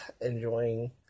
enjoying